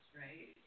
right